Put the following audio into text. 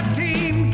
team